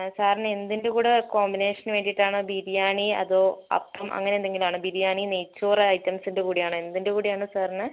സാറിന് എന്തിൻ്റെ കൂടെ കോമ്പിനേഷന് വേണ്ടിയിട്ടാണ് ബിരിയാണി അതോ അപ്പം അങ്ങനെ എന്തെങ്ങിലുമാണോ ബിരിയാണി നെയ് ചോറ് ഐറ്റംസിൻ്റെ കൂടെയാണോ എന്തിൻ്റെ കൂടെയാണ് സാറിന്